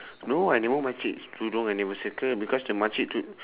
no I never makcik tudong I never circle because the makcik tu~